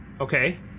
Okay